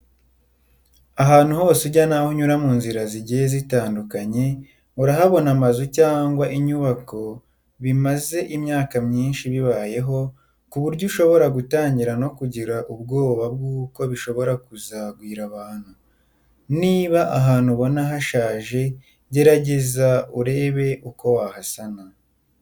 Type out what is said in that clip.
Ahantu hose ujya n'aho unyura mu nzira zigiye zitandukanye, uhabona amazu cyangwa inyubako bimaze imyaka myinshi bibayeho, ku buryo ushobora gutangira no kugira ubwoba bw'uko bishobora kuzagwira abantu. Niba ahantu ubona hashaje, gerageza urebe uko wahasana.